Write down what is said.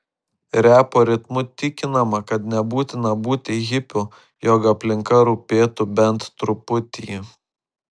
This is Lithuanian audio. repo ritmu tikinama kad nebūtina būti hipiu jog aplinka rūpėtų bent truputį